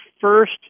first